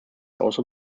also